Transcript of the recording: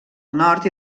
nord